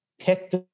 picked